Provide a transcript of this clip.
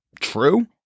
true